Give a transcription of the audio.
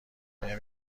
بهم